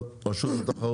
טוב, רשות התחרות.